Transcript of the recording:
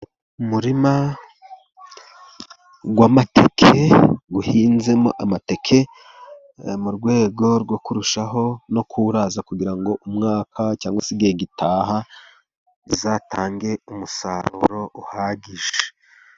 Umurima w'amateke uhinzemo amateke, mu rwego rwo kurushaho no kuwuraza, kugira ngo umwaka cyangwa igihe gitaha uzatange umusaruro uhagije.